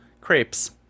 crepes